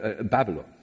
Babylon